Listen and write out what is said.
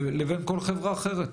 לבין כל חברה אחרת,